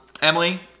Emily